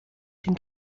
den